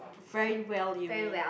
very well you mean